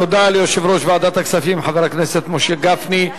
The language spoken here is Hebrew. תודה ליושב-ראש ועדת הכספים, חבר הכנסת משה גפני.